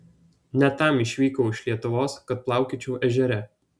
ne tam išvykau iš lietuvos kad plaukiočiau ežere